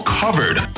covered